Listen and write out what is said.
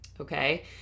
Okay